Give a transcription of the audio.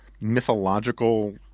mythological